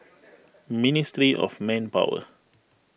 Ministry of Manpower